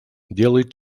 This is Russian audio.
делает